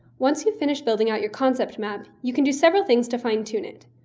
once you finish building out your concept map, you can do several things to fine-tune it.